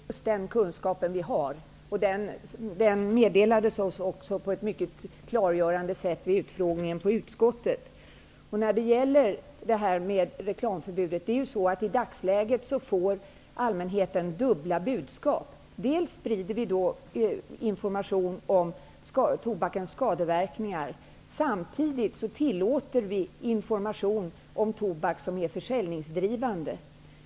Fru talman! Det är just den kunskapen vi har. Den meddelades oss också på ett mycket klargörande sätt vid utskottets utfrågning. När det gäller reklamförbudet får allmänheten i dagsläget dubbla budskap. Dels sprider vi information om tobakens skadeverkningar, dels tillåter vi samtidigt information om tobak som är försäljningsdrivande.